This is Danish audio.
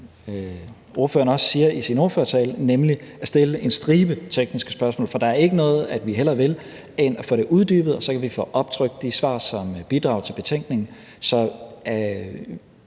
ordføreren også siger i sin ordførertale, nemlig at stille en stribe tekniske spørgsmål. For der er ikke noget, vi hellere vil, end at få det uddybet, og så kan vi få optrykt de svar, som bidrager til betænkningen,